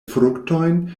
fruktojn